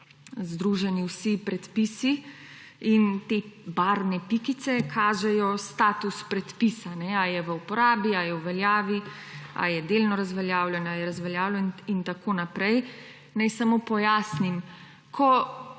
združeni vsi predpisi. Te barvne pikice kažejo status predpisa: ali je v uporabi, ali je v veljavi, ali je delno razveljavljen, ali je razveljavljen in tako naprej. Naj samo pojasnim, ko